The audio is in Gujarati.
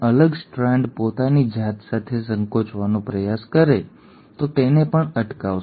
અલગ સ્ટ્રાન્ડ પોતાની જાત સાથે સંકોચવાનો પ્રયાસ કરે છે તો તે તેને પણ અટકાવશે